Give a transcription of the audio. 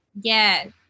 yes